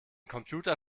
computer